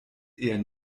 eher